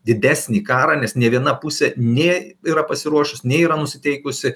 didesnį karą nes nė viena pusė nė yra pasiruošusi nei yra nusiteikusi